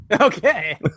okay